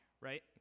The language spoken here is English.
right